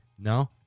no